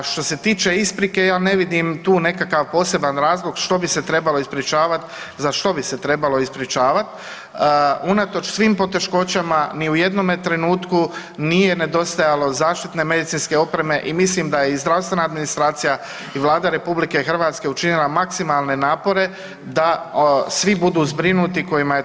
Što se tiče isprike ja ne vidim tu nekakav poseban razlog što bi se trebalo ispričavat, za što bi se trebalo ispričavat, unatoč svim poteškoćama ni u jednome trenutku nije nedostajalo zaštitne medicinske opreme i mislim da je i zdravstvena administracija i Vlada RH učinila maksimalne napore da svi budu zbrinuti kojima je to bilo potrebno.